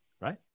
right